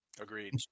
Agreed